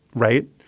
right?